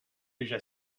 déjà